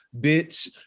bitch